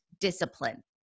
discipline